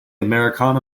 americana